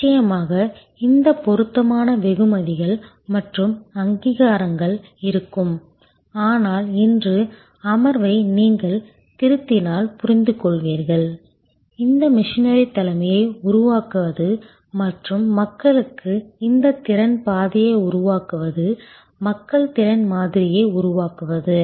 நிச்சயமாக இந்த பொருத்தமான வெகுமதிகள் மற்றும் அங்கீகாரங்கள் இருக்கும் ஆனால் இன்று அமர்வை நீங்கள் திருத்தினால் புரிந்துகொள்வீர்கள் இந்த மிஷனரி தலைமையை உருவாக்குவது மற்றும் மக்களுக்கு இந்த திறன் பாதையை உருவாக்குவது மக்கள் திறன் மாதிரியை உருவாக்குவது